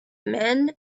men